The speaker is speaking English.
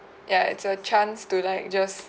ya it's a chance to like just